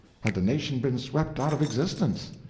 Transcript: had the nation been swept out of existence?